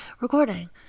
recording